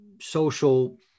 social